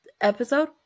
episode